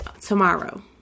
tomorrow